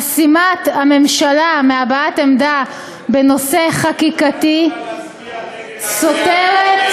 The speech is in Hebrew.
חסימת הממשלה מהבעת עמדה בנושא חקיקתי סותרת,